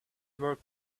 were